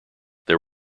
there